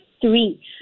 three